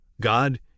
God